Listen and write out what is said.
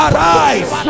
Arise